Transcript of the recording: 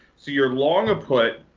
so your long a put,